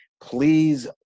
Please